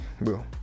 bro